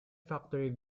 factory